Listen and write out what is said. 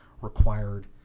required